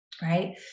right